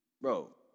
Bro